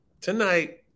tonight